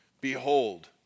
Behold